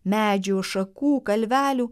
medžių šakų kalvelių